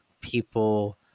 people